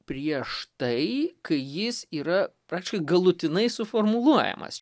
prieš tai kai jis yra praktiškai galutinai suformuluojamas